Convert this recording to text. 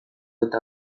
eta